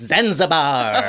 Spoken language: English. Zanzibar